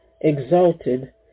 Exalted